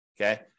Okay